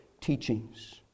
teachings